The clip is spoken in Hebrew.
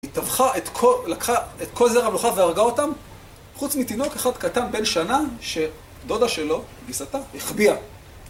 היא לקחה את כל זרע המלוכה והרגה אותם, חוץ מתינוק אחד קטן, בן שנה, שדודה שלו גיסתה, החביאה.